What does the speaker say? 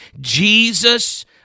Jesus